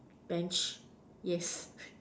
Bench yes